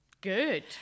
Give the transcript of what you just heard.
Good